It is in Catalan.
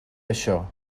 això